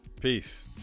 Peace